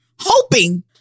hoping